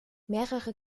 mehrere